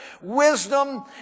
wisdom